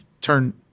turn